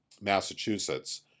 Massachusetts